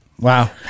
Wow